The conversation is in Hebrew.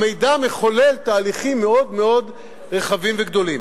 המידע מחולל תהליכים מאוד מאוד רחבים וגדולים,